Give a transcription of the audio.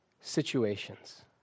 situations